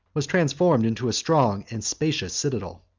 was transformed into a strong and spacious citadel.